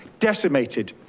decimated.